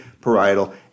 parietal